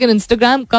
Instagram